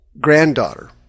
granddaughter